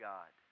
God